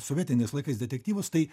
sovietiniais laikais detektyvus tai